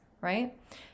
right